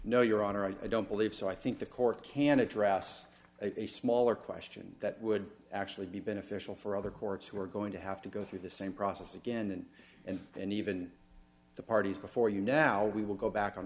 no your honor i don't believe so i think the court can address a smaller question that would actually be beneficial for other courts who are going to have to go through the same process again and then even the parties before you now we will go back on